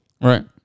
Right